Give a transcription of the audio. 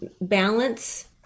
balance